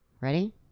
Ready